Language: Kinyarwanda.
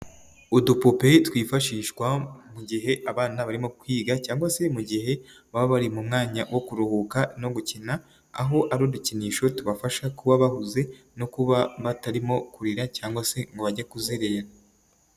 Udupupe twifashishwa mu gihe abana barimo kwiga cyangwa se mu gihe baba bari mu mwanya wo kuruhuka no gukina, aho ari udukinisho tubafasha kuba bahuze no kuba batarimo kurira cyangwa se ngo bajye kuzerera.